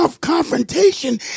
confrontation